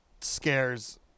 scares